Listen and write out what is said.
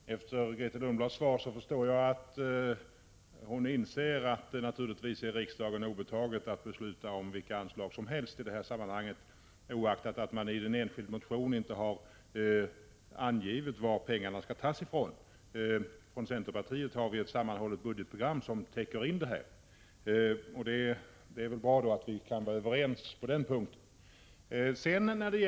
Fru talman! Efter Grethe Lundblads svar förstår jag att hon inser att det naturligtvis är riksdagen obetaget att besluta om vilka anslag som helst, oaktat att man i en enskild motion inte har angivit varifrån pengarna skall tas. Från centerpartiet har vi ett sammanhållet budgetprogram som täcker in kostnaderna. Det är bra att vi kan vara överens på denna punkt.